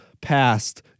passed